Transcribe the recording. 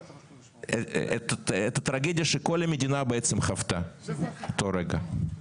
את הטרגדיה שכל המדינה בעצם חוותה באותו רגע.